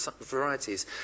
varieties